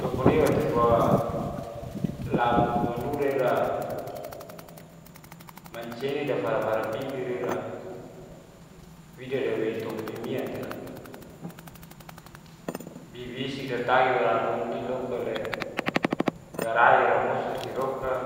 Dokuniwa tefua launugu wanura ira, mancia'ni dafara-fara bibira ira wida daweri tempat mimian tei loka. Bibisi datagi walomini lokale garai'ra mosan siloka